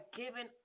given